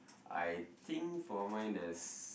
I think for mine there's